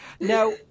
Now